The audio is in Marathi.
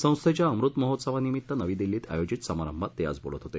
संस्थेच्या अमृत महोत्सवानिमित्त नवी दिल्लीत आयोजित समारंभात ते आज बोलत होते